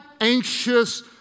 anxious